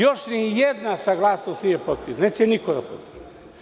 Još nijedna saglasnost nije potpisana, neće niko da potpiše.